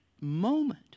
moment